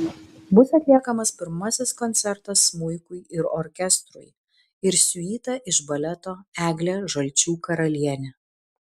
bus atliekamas pirmasis koncertas smuikui ir orkestrui ir siuita iš baleto eglė žalčių karalienė